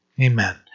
Amen